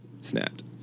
snapped